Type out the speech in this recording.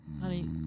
honey